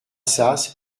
sas